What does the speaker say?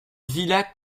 villa